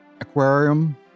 Aquarium